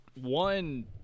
one